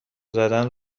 زدن